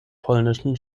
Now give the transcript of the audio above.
polnischen